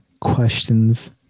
questions